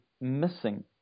missing